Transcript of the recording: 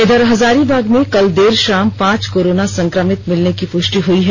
इधर हजारीबाग में कल देर शाम पांच कोरोना संक्रमित मिलने की पुष्टि हुई है